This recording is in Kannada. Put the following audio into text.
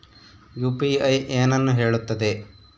ಯು.ಪಿ.ಐ ಏನನ್ನು ಹೇಳುತ್ತದೆ?